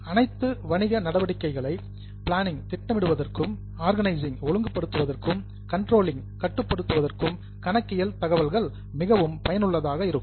அனைத்து வணிக நடவடிக்கைகளை பிளானிங் திட்டமிடுவதற்கும் ஆர்கனிசிங் ஒழுங்குபடுத்துவதற்கும் கண்ட்ரோலிங் கட்டுப்படுத்துவதற்கும் கணக்கியல் தகவல்கள் மிகவும் பயனுள்ளதாக இருக்கும்